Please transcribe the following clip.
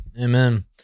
amen